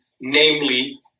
namely